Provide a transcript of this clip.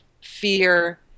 fear